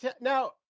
now